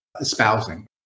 espousing